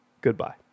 Goodbye